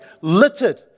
littered